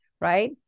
right